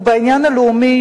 ובעניין הלאומי,